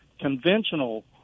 conventional